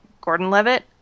Gordon-Levitt